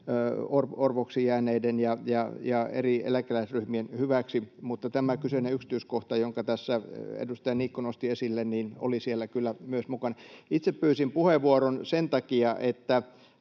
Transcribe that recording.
orvoksi jääneiden ja eri eläkeläisryhmien hyväksi. Tämä kyseinen yksityiskohta, jonka tässä edustaja Niikko nosti esille, oli kyllä siellä myös mukana. Itse pyysin puheenvuoron sen takia,